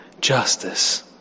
Justice